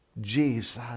Jesus